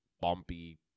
bumpy